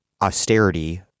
austerity